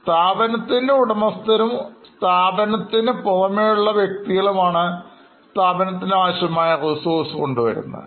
സ്ഥാപനത്തിൻറെ ഉടമസ്ഥരും സ്ഥാപനത്തിന് പുറമേയുള്ള വ്യക്തി കളുമാണ് സ്ഥാപനത്തിന് ആവശ്യമായ Resources കൊണ്ടുവന്നവർ